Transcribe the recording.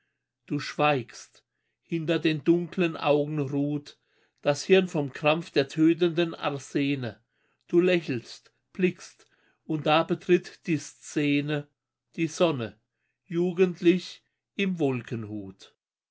du schweigst hinter den dunklen augen ruht das hirn vom krampf der tötenden arsene du lächelst blickst und da betritt die szene die sonne jugendlich im wolkenhut